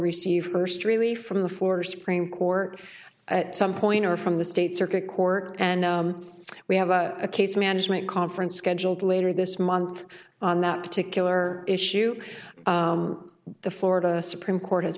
receive first really from the florida supreme court at some point or from the state's circuit court and we have a case management conference scheduled later this month on that particular issue the florida supreme court has